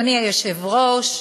אדוני היושב-ראש,